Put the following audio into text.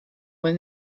when